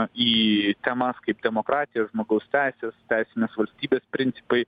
į temas kaip demokratija žmogaus teisės teisinės valstybės principai